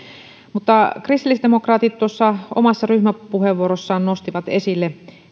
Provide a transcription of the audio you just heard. kristillisdemokraatit omassa ryhmäpuheenvuorossaan nostivat esille